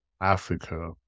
Africa